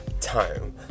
time